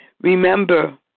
remember